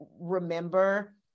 remember